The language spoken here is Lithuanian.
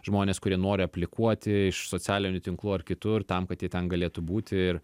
žmones kurie nori aplikuoti iš socialinių tinklų ar kitur tam kad jie ten galėtų būti ir